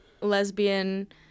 lesbian